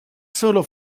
solo